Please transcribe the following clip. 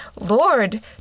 Lord